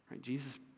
Jesus